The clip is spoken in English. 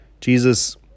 Jesus